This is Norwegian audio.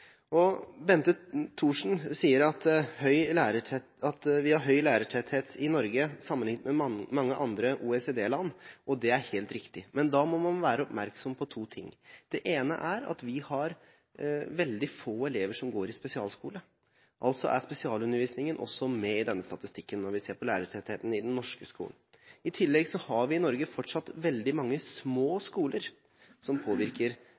Bente Thorsen sier vi har høy lærertetthet i Norge sammenlignet med mange andre OECD-land. Det er helt riktig. Men da må man være oppmerksom på to ting. Det ene er at vi har veldig få elever som går i spesialskole. Altså er spesialundervisningen også med i denne statistikken når vi ser på lærertettheten i den norske skolen. I tillegg har vi i Norge fortsatt veldig mange små skoler som påvirker